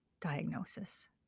diagnosis